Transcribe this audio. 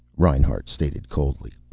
reinhart stated coldly,